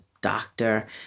doctor